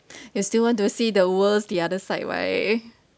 you still want to see the world's the other side right